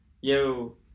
Yo